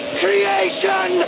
creation